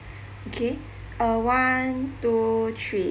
okay uh one two three